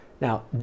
Now